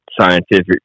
scientific